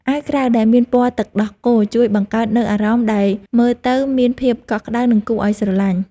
អាវក្រៅដែលមានពណ៌ទឹកដោះគោជួយបង្កើតនូវអារម្មណ៍ដែលមើលទៅមានភាពកក់ក្តៅនិងគួរឱ្យស្រលាញ់។